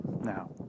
Now